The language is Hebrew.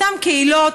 אותן קהילות,